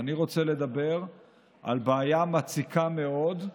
אני רוצה לדבר על בעיה מציקה מאוד,